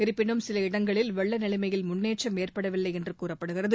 இருப்பினும் சில இடங்களில் வெள்ள நிலைமையில் முன்னேற்றம் ஏற்படவில்லை என்று கூறப்படுகிறது